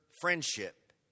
friendship